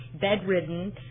bedridden